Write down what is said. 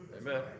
Amen